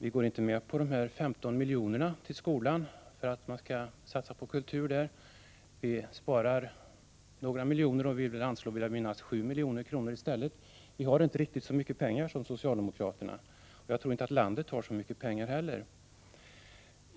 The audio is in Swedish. Vi går inte med på att man skall satsa 15 milj.kr. på kulturen i skolan. Vi spar några miljoner, och jag vill minnas att vi anser att det skall anslås 7 milj.kr. i stället. Vi har inte riktigt så mycket pengar som socialdemokraterna. Jag tror inte heller att landet har så mycket pengar.